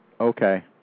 Okay